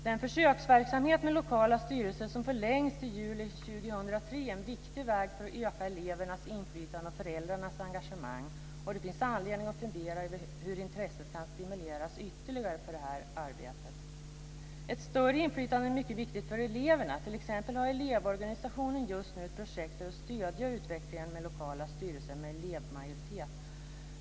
Den försöksverksamhet med lokala styrelser som förlängts till juli 2003 är en viktig väg för att öka elevernas inflytande och föräldrarnas engagemang. Det finns anledning att fundera över hur intresset kan stimuleras ytterligare för det här arbetet. Ett större inflytande är mycket viktigt för eleverna. T.ex. har Elevorganisationen just nu ett projekt för att stödja utvecklingen med lokala styrelser med elevmajoritet.